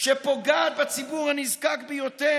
שפוגעת בציבור הנזקק ביותר.